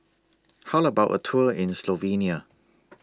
How about A Tour in Slovenia